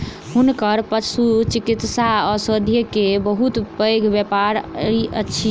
हुनकर पशुचिकित्सा औषधि के बहुत पैघ व्यापार अछि